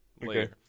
later